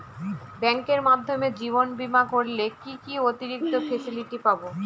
ব্যাংকের মাধ্যমে জীবন বীমা করলে কি কি অতিরিক্ত ফেসিলিটি পাব?